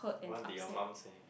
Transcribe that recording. what did your mum say